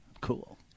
Cool